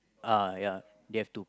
ah ya you have to